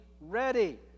ready